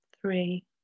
three